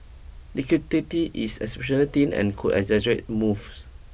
liquidity is exceptionally thin and could exaggerate moves